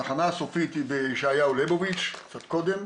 התחנה הסופית היא בישעיהו ליבוביץ', קצת קודם,